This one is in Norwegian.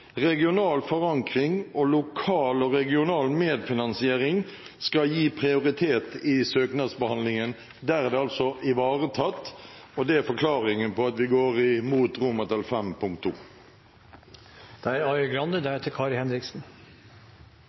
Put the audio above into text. forankring og lokal og regional medfinansiering skal gi prioritet i søknadsbehandlingen.» Der er det altså ivaretatt, og det er forklaringen på at vi går imot V, punkt